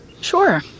Sure